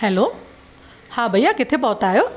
hello हा भईया किथे पहुता आहियो